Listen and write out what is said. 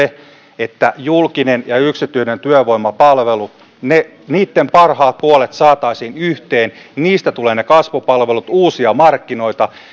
se että julkinen ja yksityinen työvoimapalvelu niitten parhaat puolet saataisiin yhteen ja niistä tulevat ne kasvupalvelut uusia markkinoita